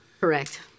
Correct